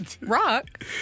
Rock